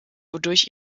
wodurch